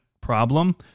problem